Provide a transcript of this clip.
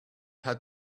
had